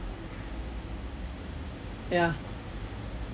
ya